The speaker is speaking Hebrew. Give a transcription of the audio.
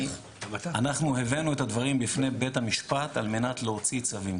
אנחנו הבאנו את הדברים בפני בית המשפט על מנת להוציא צווים,